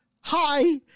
Hi